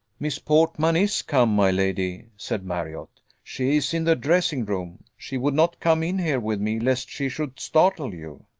miss portman is come, my lady, said marriott she is in the dressing-room she would not come in here with me, lest she should startle you.